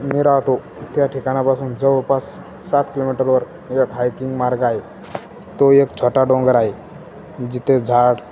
मी राहतो त्या ठिकाणापासून जवळपास सात किलोमीटरवर एक हायकिंग मार्ग आहे तो एक छोटा डोंगर आहे जिथे झाडं